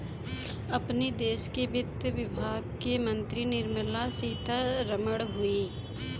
अपनी देस के वित्त विभाग के मंत्री निर्मला सीता रमण हई